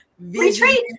Retreat